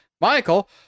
Michael